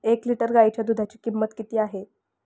एक लिटर गाईच्या दुधाची किंमत किती आहे?